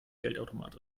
geldautomat